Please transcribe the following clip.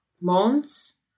months